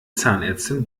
zahnärztin